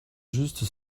juste